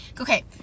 okay